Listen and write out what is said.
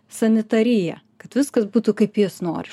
sanitariją kad viskas būtų kaip jis nori